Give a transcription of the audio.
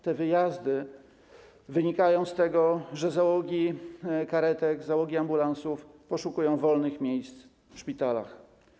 Te wyjazdy wynikają z tego, że załogi karetek, załogi ambulansów poszukują wolnych miejsc w szpitalach.